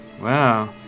Wow